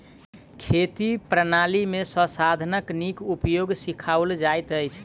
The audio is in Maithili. खेती प्रणाली में संसाधनक नीक उपयोग सिखाओल जाइत अछि